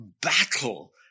battle